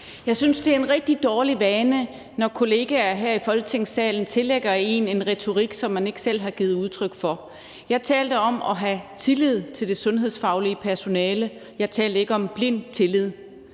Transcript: Jeg synes, det er en rigtig dårlig vane, når kollegaer her i Folketingssalen tillægger en en retorik, som man ikke selv har givet udtryk for. Jeg talte om at have tillid til det sundhedsfaglige personale. Jeg talte ikke om blind tillid.